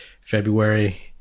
February